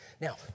Now